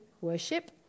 worship